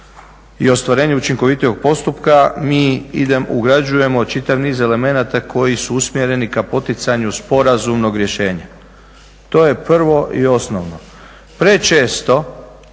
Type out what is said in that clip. i ostvarenju učinkovitijeg postupka mi ugrađujemo čitav niz elemenata koji su usmjereni kao poticanju sporazumnog rješenja. To je prvo i osnovno.